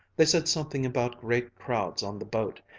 they said something about great crowds on the boat,